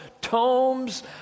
Tomes